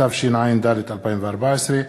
התשע"ד 2014,